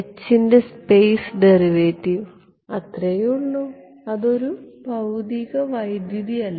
H ൻറെ space derivative അത്രയേയുള്ളൂ അത് ഒരു ഭൌതിക വൈദ്യുതി അല്ല